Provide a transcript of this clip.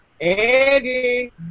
Eddie